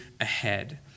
ahead